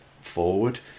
forward